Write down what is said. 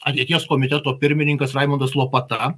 ateities komiteto pirmininkas raimundas lopata